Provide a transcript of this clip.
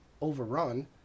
overrun